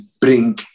bring